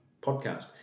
podcast